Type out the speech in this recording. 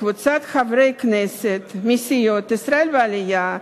קבוצת חברי הכנסת מסיעות ישראל בעלייה,